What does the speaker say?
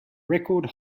record